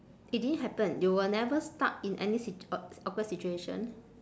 it didn't happen you were never stuck in any sit~ awk~ awkward situation